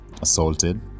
assaulted